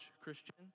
Christian